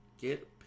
get